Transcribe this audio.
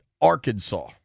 Arkansas